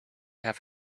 have